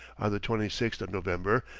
the twenty sixth of november,